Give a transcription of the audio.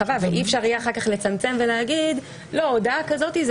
באזור האישי.